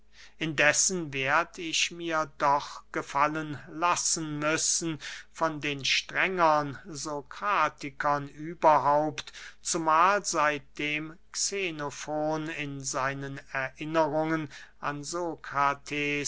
indessen werd ich mir doch gefallen lassen müssen von den strengem sokratikern überhaupt zumahl seitdem xenofon in seinen erinnerungen an